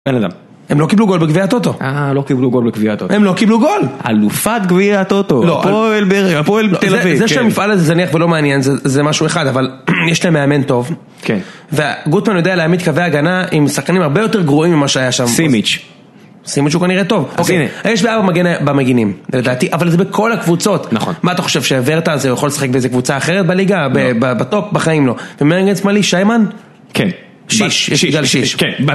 בן אדם.. הם לא קיבלו גול בגביע הטוטו. אהההה לא קיבלו גול בגביע הטוטו. הם לא קיבלו גול! אלופת גביע הטוטו. הפועל באר... הפועל תל אביב. זה שהמפעל הזה זניח ולא מעניין זה משהו אחד אבל יש להם מאמן טוב. כן. וגוטמן יודע להעמיד קווי הגנה עם שחקנים הרבה יותר גרועים ממה שהיה שם סימיץ' סימיץ' הוא כנראה טוב סימיץ' אוקיי, יש לה ארבע מגנים במגנים זה לדעתי, אבל זה בכל הקבוצות. נכון. מה אתה חושב, שוורטה הזה יכול לשחק באיזה קבוצה אחרת בליגה, בטופ? בחיים לא. ומי מגן שמאלי, שיימן? כן. שיש, יש גל שיש. כן.